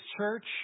church